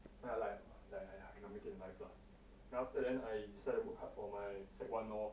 then I like !aiya! cannot make it in life lah then after then like I decide to like work hard for my sec one lor